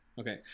Okay